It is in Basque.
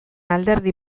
alderdi